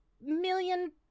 million